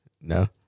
No